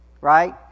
Right